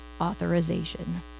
authorization